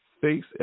face